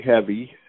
heavy